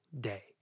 day